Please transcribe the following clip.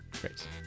Great